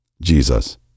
Jesus